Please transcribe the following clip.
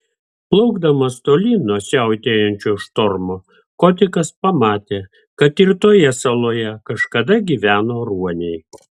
plaukdamas tolyn nuo siautėjančio štormo kotikas pamatė kad ir toje saloje kažkada gyveno ruoniai